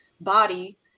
body